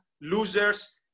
losers